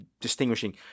distinguishing